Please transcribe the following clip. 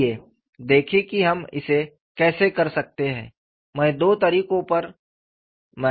आइए देखें कि हम इसे कैसे कर सकते हैं